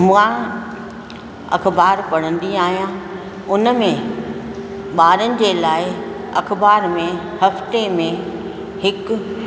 मां अख़बार पढ़ंदी आहियां हुन में ॿारनि जे लाइ अख़बार में हफ़्ते में हिकु